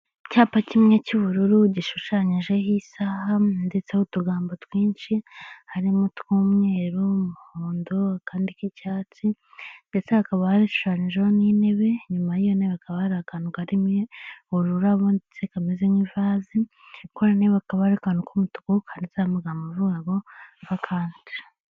Icyapa kimwe cy'ubururu gishushanyijeho isaha ndetse n'utugambo twinshi harimo tw'umweru, umuhondo akandi k'icyatsi, ndetse hakaba hashushanyijweho n'intebe, inyuma y'iyo ntebe hakaba hari akantu karimo ururabo ndetse kameze nk'ivazi hakaba hariho akantu k'umutuku kanditseho amagambo avuga ngo wikanti.